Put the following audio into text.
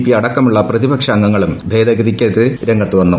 P അടക്കമുള്ള പ്രതിപക്ഷ അംഗങ്ങളും ഭേദഗതിക്കെതിരെ രംഗത്തുവന്നു